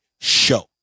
show